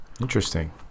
Interesting